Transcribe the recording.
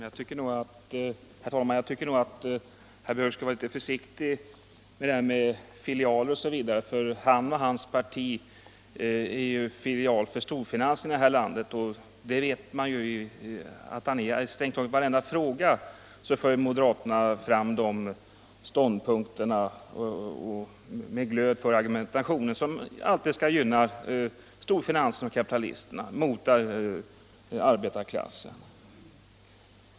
Herr talman! Jag tycker nog att herr Björck i Nässjö borde vara litet försiktig med att tala om filialer. Hans parti är ju en filial till storfinansen i det här landet. I strängt taget varje fråga för moderaterna med glöd fram förslag som syftar till att gynna storfinansen och kapitalisterna mot arbetarklassen.